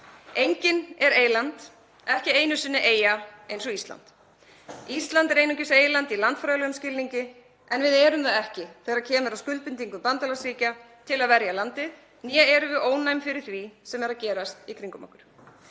Enginn er eyland, ekki einu sinni eyja eins og Ísland. Ísland er einungis eyland í landfræðilegum skilningi en við erum það ekki þegar kemur að skuldbindingum bandalagsríkja til að verja landið né erum við ónæm fyrir því sem er að gerast í kringum okkur.